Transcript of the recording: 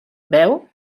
veu